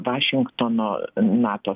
vašingtono nato